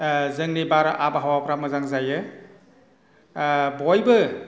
बार आबहावाफ्रा मोजां जायो बयबो